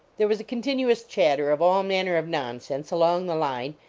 there was a continuous chatter of all manner of nonsense along the line,